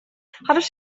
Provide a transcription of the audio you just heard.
hadden